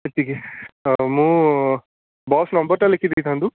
ଏତିକି ଆଉ ମୁଁ ବସ୍ ନମ୍ବରଟା ଲେଖିଦେଇଥାନ୍ତୁ